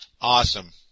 Awesome